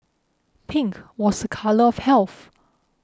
pink was a colour of health